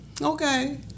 Okay